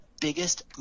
biggest –